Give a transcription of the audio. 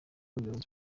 ubuyobozi